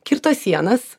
kirto sienas